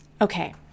Okay